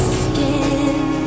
skin